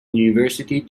university